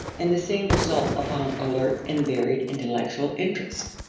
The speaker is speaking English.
and the same result upon alert and varied intellectual interest.